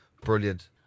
Brilliant